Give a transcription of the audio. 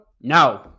No